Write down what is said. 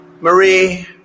Marie